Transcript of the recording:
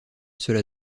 cela